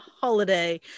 holiday